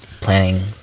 planning